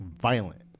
violent